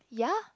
yeah